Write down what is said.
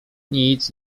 nic